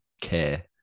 care